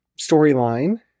storyline